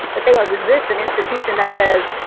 that they will resist an institution that says,